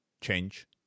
change